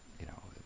you know,